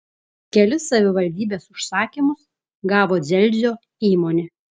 kelis savivaldybės užsakymus gavo dzelzio įmonė